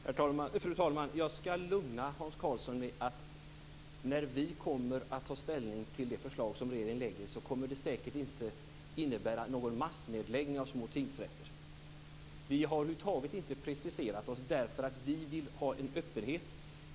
Fru talman! Jag ska lugna Hans Karlsson med att säga att när vi kommer att ta ställning till det förslag som regeringen lägger fram kommer det säkert inte att innebära någon massnedläggning av små tingsrätter. Vi har över huvud taget inte preciserat oss därför att vi vill ha en öppenhet.